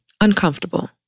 uncomfortable